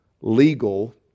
legal